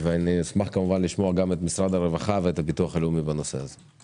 אשמח כמובן לשמוע גם את משרד הרווחה ואת הביטוח הלאומי בנושא הזה.